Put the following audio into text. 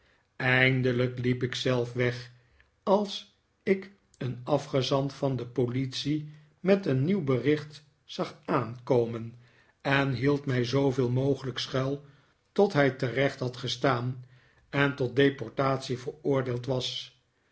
eindelijk hep ik zelf weg als ik een afgezant van de politie met een nieuw bericht zag aankomen en hield mij zooveel mogelijk schuil tot hij terecht had gestaan en tot deportatie veroordeeld was